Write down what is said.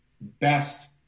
best